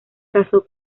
casó